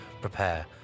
prepare